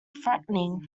threatening